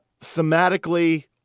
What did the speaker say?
Thematically